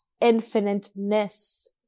infiniteness